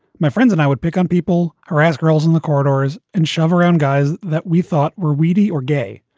my friends and i would pick on people or ask girls in the corridors and shovel around guys that we thought were weedy or gay.